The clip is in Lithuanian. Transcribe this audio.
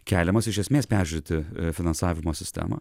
keliamas iš esmės peržiūrėti finansavimo sistemą